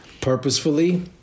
purposefully